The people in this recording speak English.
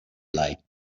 like